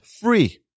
free